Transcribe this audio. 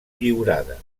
lliurada